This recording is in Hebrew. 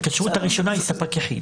ההתקשרות הראשונה היא ספק יחיד.